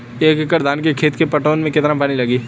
एक एकड़ धान के खेत के पटवन मे कितना पानी लागि?